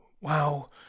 wow